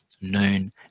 noon